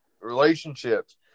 relationships